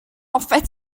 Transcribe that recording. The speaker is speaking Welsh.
hoffet